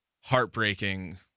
heartbreaking